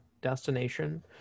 destination